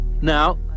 Now